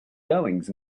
goings